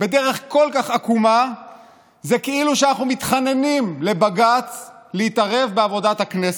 בדרך כל כך עקומה זה כאילו שאנחנו מתחננים לבג"ץ להתערב בעבודת הכנסת,